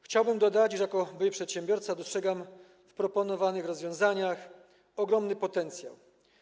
Chciałbym dodać, że jako były przedsiębiorca dostrzegam w proponowanych rozwiązaniach ogromny potencjał.